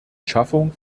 schaffung